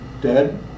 dead